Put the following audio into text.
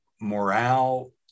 morale